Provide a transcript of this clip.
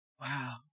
Wow